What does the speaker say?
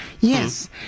Yes